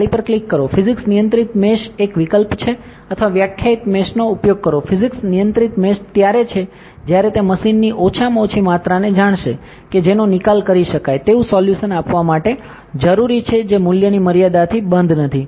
જાળી પર ક્લિક કરો ફિઝિક્સ નિયંત્રિત મેશ એક વિકલ્પ છે અથવા વ્યાખ્યાયિત મેશનો ઉપયોગ કરો ફિઝિક્સ નિયંત્રિત મેશ ત્યારે છે જ્યારે તે મશીનની ઓછામાં ઓછી માત્રાને જાણશે કે જેનો નિકાલ કરી શકાય તેવું સોલ્યુશન આપવા માટે જરૂરી છે જે મૂલ્યની મર્યાદાથી બંધ નથી